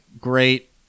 great